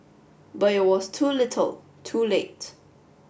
but it was too little too late